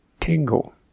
tingle